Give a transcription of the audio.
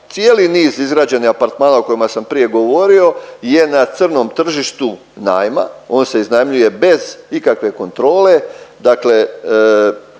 cijeli niz izgrađenih apartmana o kojima sam prije govorio je na crnom tržištu najma. On se iznajmljuje bez ikakve kontrole,